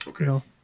Okay